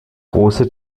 große